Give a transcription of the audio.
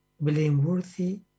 blameworthy